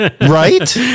Right